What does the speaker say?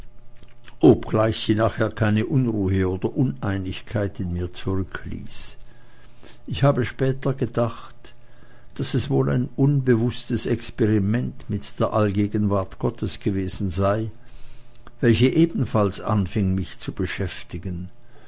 obgleich sie nachher keine unruhe oder uneinigkeit in mir zurückließ ich habe später gedacht daß es wohl ein unbewußtes experiment mit der allgegenwart gottes gewesen sei welche ebenfalls anfing mich zu beschäftigen